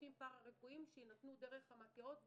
שירותים פרה-רפואיים שיינתנו דרך המתי"אות (מרכז תמיכה יישובי